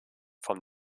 von